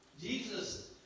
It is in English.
Jesus